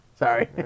Sorry